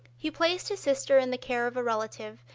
he placed his sister in the care of a relative,